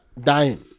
dying